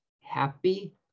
Happy